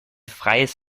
freies